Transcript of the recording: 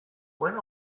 when